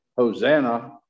Hosanna